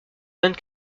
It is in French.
vingt